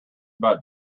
about